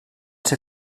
ser